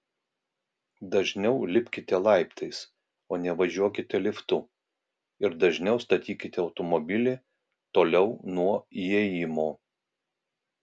dažniau lipkite laiptais o ne važiuokite liftu ir dažniau statykite automobilį toliau nuo įėjimo